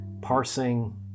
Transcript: parsing